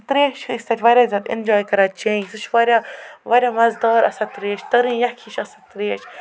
سُہ ترٛیش چھِ أسۍ تَتہِ واریاہ زیادٕ اٮ۪نجاے کران چیٚنۍ سُہ چھِ واریاہ واریاہ مَزٕ دار آسان ترٛیش تٕرٕنۍ یَکھ ہِش آسان ترٛیش